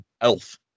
Elf